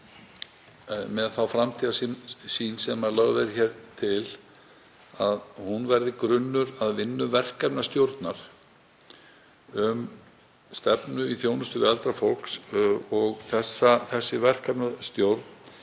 með þá framtíðarsýn sem hér er lögð til, að hún verði grunnur að vinnu verkefnastjórnar um stefnu í þjónustu við eldra fólk og þessi verkefnastjórn